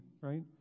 right